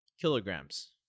kilograms